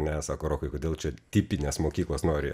ne sako rokai kodėl čia tipinės mokyklos nori